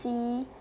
see